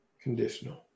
Conditional